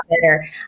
better